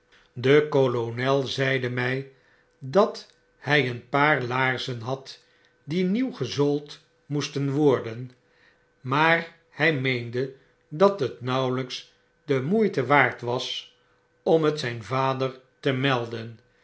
de kolonel zeide mjj dat hij een paar laarzen had die nieuw gezoold moesten worden maar hy meende dat het nauwelijks de moeite waard was om het zijn vader te melden